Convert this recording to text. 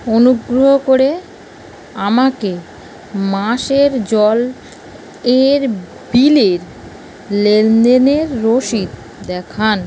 অনুগ্রহ করে আমাকে মাসের জল এর বিলের লেনদেনের রসিদ দেখান